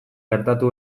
gertatu